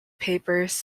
papers